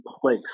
place